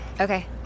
Okay